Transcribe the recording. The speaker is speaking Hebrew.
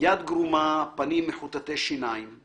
"יד גרומה פנים מחוטטי שנים/